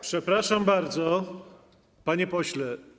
Przepraszam bardzo, panie pośle.